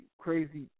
crazy